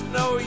no